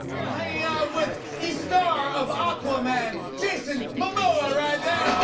with the star of aquaman. jason momoa right